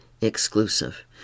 exclusive